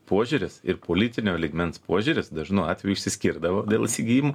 požiūris ir politinio lygmens požiūris dažnu atveju išsiskirdavo dėl įsigijimų